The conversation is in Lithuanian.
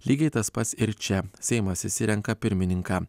lygiai tas pats ir čia seimas išsirenka pirmininką